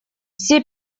все